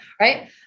Right